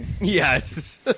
Yes